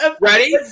ready